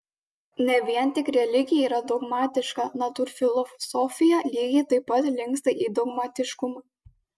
ne vien tik religija yra dogmatiška natūrfilosofija lygiai taip pat linksta į dogmatiškumą